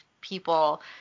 people